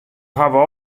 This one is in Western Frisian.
hawwe